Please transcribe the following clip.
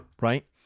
right